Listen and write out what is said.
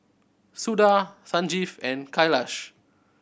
Suda Sanjeev and Kailash